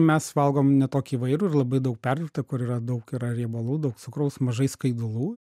mes valgom ne tokį įvairų ir labai daug perdirbtą kur yra daug yra riebalų daug cukraus mažai skaidulų